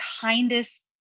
kindest